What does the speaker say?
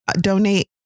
donate